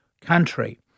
country